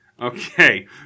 Okay